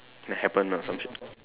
that happen or some shit